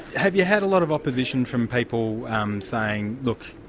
have you had a lot of opposition from people saying look,